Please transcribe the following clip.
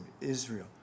israel